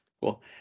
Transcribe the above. Cool